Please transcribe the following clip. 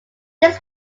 this